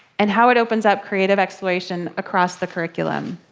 and how it opens up creative exploration across the curriculum.